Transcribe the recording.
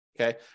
Okay